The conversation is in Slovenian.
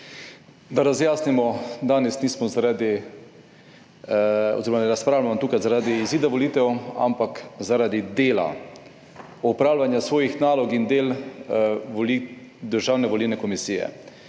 Da razjasnimo, danes nismo zaradi oziroma ne razpravljamo tukaj zaradi izida volitev, ampak zaradi dela opravljanja svojih nalog in del Državne volilne komisije,